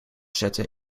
zetten